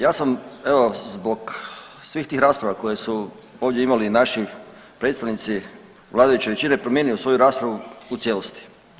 Ja sam evo zbog svih tih rasprava koje su ovdje imali naši predstavnici vladajuće većine promijenio svoju raspravu u cijelosti.